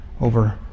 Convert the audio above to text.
over